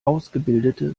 ausgebildete